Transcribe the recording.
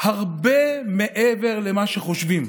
הרבה מעבר למה שחושבים.